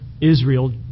Israel